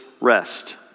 rest